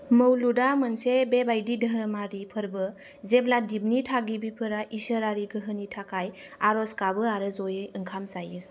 मौलुडआ मोनसे बेबायदि धोरोमारि फोर्बो जेब्ला दिपनि थागिबिफोरा इसोरारि गोहोनि थाखाय आर'ज गाबो आरो जयै ओंखाम जायो